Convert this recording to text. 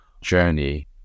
journey